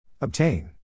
Obtain